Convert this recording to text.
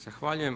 Zahvaljujem.